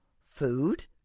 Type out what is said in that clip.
food